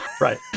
Right